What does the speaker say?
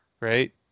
right